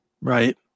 right